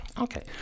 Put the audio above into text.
Okay